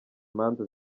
imanza